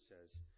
says